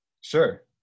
Sure